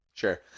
Sure